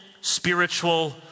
spiritual